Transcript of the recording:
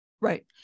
Right